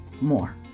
more